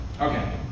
Okay